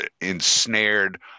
ensnared